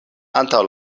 antaŭ